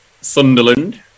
Sunderland